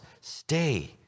stay